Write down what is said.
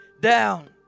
down